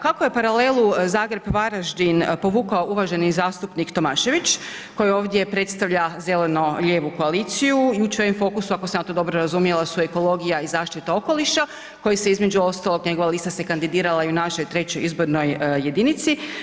Kako je paralelu Zagreb-Varaždin povukao uvaženi zastupnik Tomašević, koji ovdje predstavlja zeleno-lijevu koaliciju, u čijem fokusu su, ako sam ja to dobro razumjela su ekologija i zaštita okoliša, koji se između ostalog, njegova lista se kandidirala i u našoj, III. izbornoj jedinici.